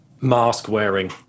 mask-wearing